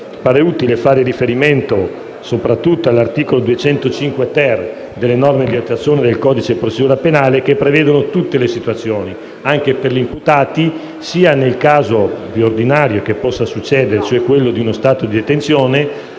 pare utile fare riferimento soprattutto all'articolo 205-*ter* delle norme di attuazione del codice di procedura penale che prevedono tutte le situazioni, anche per gli imputati, sia nel caso ordinario che possa succedere e, cioè, quello di uno stato di detenzione,